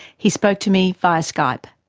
he spoke to me via skype.